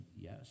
yes